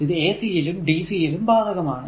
ഇത് ac യിലും dc യിലും ബാധകമാണ്